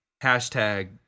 Hashtag